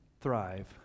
thrive